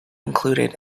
included